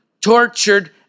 tortured